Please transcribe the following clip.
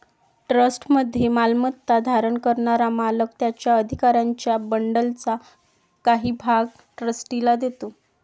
ट्रस्टमध्ये मालमत्ता धारण करणारा मालक त्याच्या अधिकारांच्या बंडलचा काही भाग ट्रस्टीला देतो